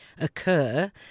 occur